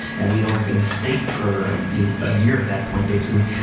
and we'd only been a state for a year at that point basically.